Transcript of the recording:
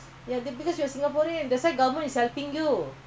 every two days already I think மஞ்ச:manja